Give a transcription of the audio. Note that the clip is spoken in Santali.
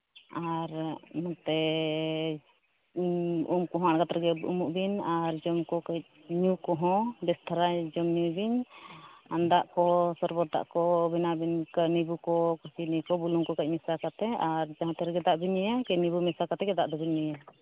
ᱟᱨ ᱱᱚᱛᱮ ᱩᱢ ᱠᱚᱦᱚᱸ ᱟᱬᱜᱟᱛ ᱨᱮᱜᱮ ᱩᱢᱩᱜ ᱵᱤᱱ ᱟᱨ ᱡᱚᱢ ᱠᱚ ᱠᱟᱺᱪ ᱧᱩ ᱠᱚᱦᱚᱸ ᱵᱮᱥ ᱫᱷᱟᱨᱟ ᱡᱚᱢ ᱧᱩᱭ ᱵᱤᱱ ᱟᱨ ᱫᱟᱜ ᱠᱚ ᱥᱚᱨᱵᱚᱛ ᱫᱟᱜ ᱠᱚ ᱵᱮᱱᱟᱣ ᱵᱤᱱ ᱠᱚᱠᱚ ᱪᱤᱱᱤ ᱠᱤ ᱵᱩᱞᱩᱝ ᱠᱚ ᱠᱟᱹᱡ ᱢᱮᱥᱟ ᱠᱟᱛᱮ ᱟᱨ ᱡᱟᱦᱟᱸ ᱛᱤ ᱨᱮᱜᱮ ᱫᱟᱜ ᱵᱮᱱ ᱧᱩᱭᱟ ᱠᱟᱹᱡ ᱱᱤᱵᱩ ᱢᱮᱥᱟ ᱠᱟᱛᱮ ᱜᱮ ᱫᱟᱜ ᱫᱚᱵᱮᱱ ᱧᱩᱭᱟ